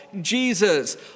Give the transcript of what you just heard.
Jesus